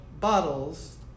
bottles